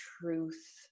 truth